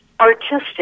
artistic